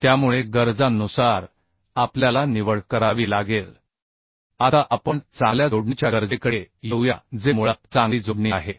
त्यामुळे गरजांनुसार आपल्याला निवड करावी लागेल आता आपण चांगल्या जोडणीच्या गरजेकडे येऊया जे मुळात चांगली जोडणी आहे